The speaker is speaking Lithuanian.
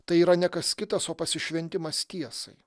tai yra ne kas kitas o pasišventimas tiesai